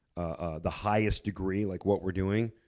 ah the highest degree like what we're doing,